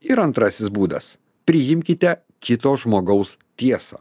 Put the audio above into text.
ir antrasis būdas priimkite kito žmogaus tiesą